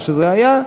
מה שזה היה,